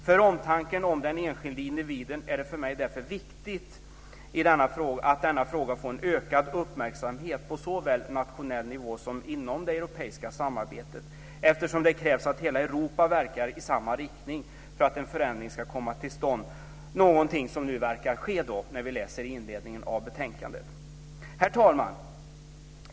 För omtanken om den enskilde individen är det för mig därför viktigt att denna fråga får en ökad uppmärksamhet på såväl nationell nivå som inom det europeiska samarbetet, eftersom det krävs att hela Europa verkar i samma riktning för att en förändring ska komma till stånd. När vi läser i inledningen av betänkandet ser vi att det är någonting som nu verkar ske. Herr talman!